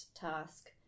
task